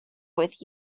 with